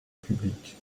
publiques